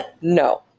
no